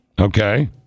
Okay